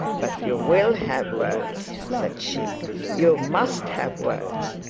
but you will have words said she you must have words.